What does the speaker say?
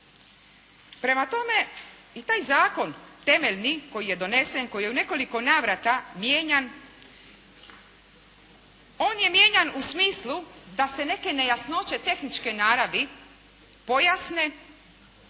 Prema tome, i taj zakon temeljni koji je donesen, koji je u nekoliko navrata mijenjan, on je mijenjan u smislu da se neke nejasnoće tehničke naravi pojasne.